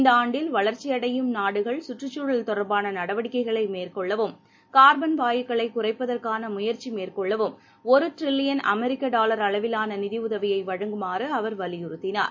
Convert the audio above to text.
இந்தஆண்டில் வளர்ச்சியடையும் நாடுகள் சுற்றுச் சூழல் தொடர்பானநடவடிக்கைகளைமேற்கொள்ளவும் கார்பன் வாயுக்களைகுறைப்பதற்கானமுயற்சிமேற்கொள்ளவும் ஒருட்ரில்லியன் அமெரிக்கடாலர் அளவிலானநிதியுதவியைவழங்குமாறுஅவர் வலியுறுத்தினார்